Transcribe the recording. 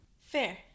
Fair